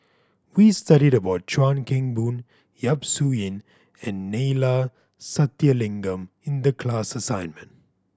we studied about Chuan Keng Boon Yap Su Yin and Neila Sathyalingam in the class assignment